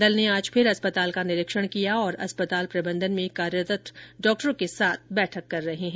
दल ने आज फिर अस्पताल का निरीक्षण किया और अस्पताल प्रबंधन में कार्यरत डॉक्टरों के साथ बैठक कर रहे है